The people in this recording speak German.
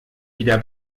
wieder